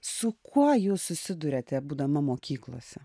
su kuo jūs susiduriate būdama mokyklose